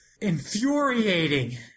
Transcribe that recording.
infuriating